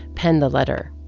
penned the letter.